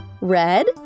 Red